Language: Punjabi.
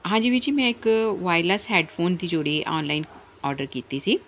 ਹਾਂਜੀ ਵੀਰ ਜੀ ਮੈਂ ਇੱਕ ਵਾਇਲੈਂਸ ਹੈਡਫੋਨ ਤੇ ਜੋੜੀ ਆਨਲਾਈਨ ਆਰਡਰ ਕੀਤੀ ਸੀ